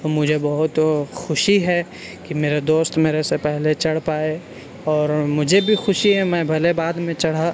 تو مجھے بہت خوشی ہے کہ میرے دوست میرے سے پہلے چڑھ پائے اور مجھے بھی خوشی ہے میں بھلے بعد میں چڑھا